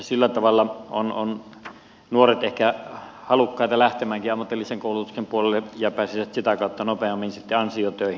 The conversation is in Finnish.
sillä tavalla ovat nuoret ehkä halukkaitakin lähtemään ammatillisen koulutuksen puolelle ja pääsevät sitä kautta nopeammin sitten ansiotöihin